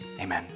amen